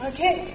Okay